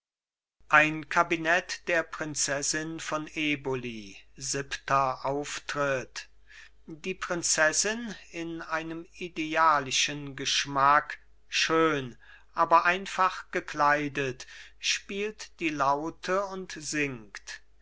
ein kabinett der prinzessin von eboli siebenter auftritt die prinzessin in einem idealischen geschmack schön aber einfach gekleidet spielt die laute und singt